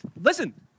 listen